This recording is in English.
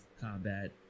combat